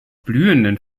blühenden